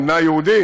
היא מדינה יהודית,